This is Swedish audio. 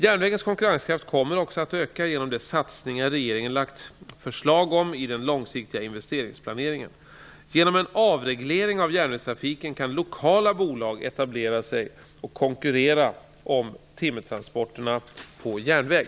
Järnvägens konkurrenskraft kommer också att öka genom de satsningar regeringen lagt fram förslag om i den långsiktiga investeringsplaneringen. Genom en avreglering av järnvägstrafiken kan lokala bolag etablera sig och konkurrera om timmertransporterna på järnväg.